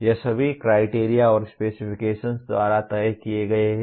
ये सभी क्राइटेरिया और स्पेसिफिकेशन्स द्वारा तय किए गए हैं